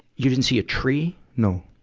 you didn't see a tree? no.